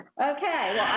Okay